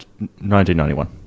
1991